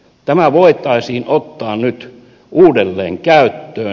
tämä voitaisiin ottaa nyt uudelleen käyttöön